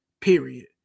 period